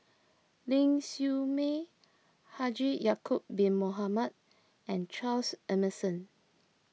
Ling Siew May Haji Ya'Acob Bin Mohamed and Charles Emmerson